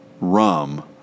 rum